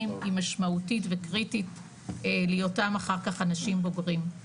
היא משמעותית וקריטית להיותם אחר כך אנשים בוגרים.